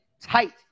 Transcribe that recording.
tight